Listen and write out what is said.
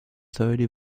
thirty